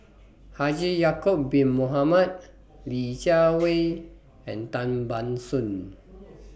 Haji Ya'Acob Bin Mohamed Li Jiawei and Tan Ban Soon